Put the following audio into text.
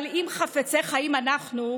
אבל אם חפצי חיים אנחנו,